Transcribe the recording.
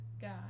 God